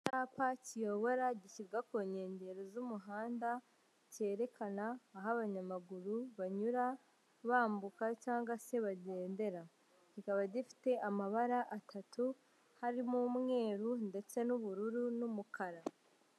Icyapa kiyobora gishyirwa ku nkengero z'umuhanda cyerekana aho abanyamaguru banyura bambuka cyangwa se bagendera, kikaba gifite amabara atatu harimo umweru ndetse n'ubururu n'umukara.